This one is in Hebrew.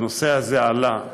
הנושא הזה עלה,